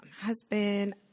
Husband